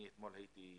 אני הייתי אתמול